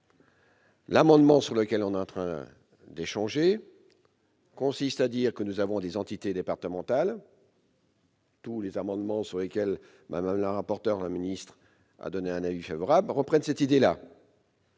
L'amendement sur lequel nous sommes en train d'échanger consiste à dire que nous conservons des entités départementales. Tous les amendements sur lesquels Mme la rapporteur et Mme la secrétaire d'État ont donné un avis favorable reprennent cette idée.